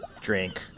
drink